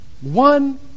One